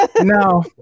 no